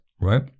right